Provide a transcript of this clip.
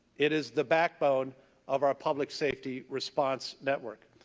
it is the backbone of our public safety response network.